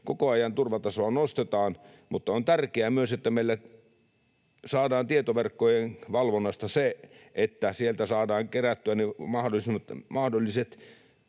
koko ajan turvatasoa nostetaan, mutta on tärkeää myös, että meillä saadaan tietoverkkojen valvonnasta kerättyä ne mahdolliset